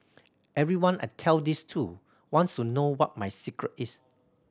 everyone I tell this to wants to know what my secret is